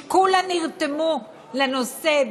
שכולן נרתמו לנושא.